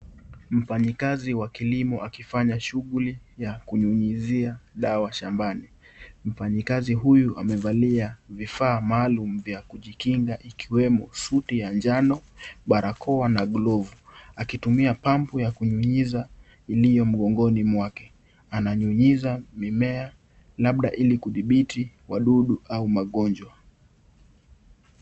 Mfanyikazi wa kilimo akifanya shuguli, ya kunyunyizia dawa shambani, mfanyikazi huyu amevalia, vifaa maalum vya kujikinga ikiwemo, suti ya njano, barakoa na glovu, akitumia pampu ya kunyunyiza, iliyo mgongoni mwake, ananyunyiza, mimea, labda ili kuthibithi, wadudu au magonjwa.